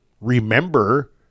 remember